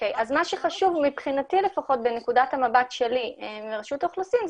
מה שחשוב מבחינתי לפחות בנקודת המבט שלי כרשות האוכלוסין,